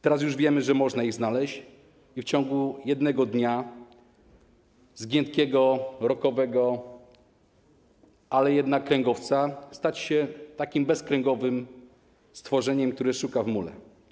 Teraz już wiemy, że można je znaleźć, i w ciągu jednego dnia z giętkiego, rockowego, ale jednak kręgowca stać się takim bezkręgowym stworzeniem, które szuka w mule.